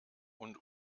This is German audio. und